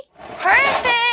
Perfect